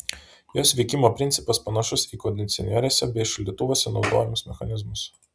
jos veikimo principas panašus į kondicionieriuose bei šaldytuvuose naudojamus mechanizmus